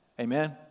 Amen